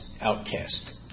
outcast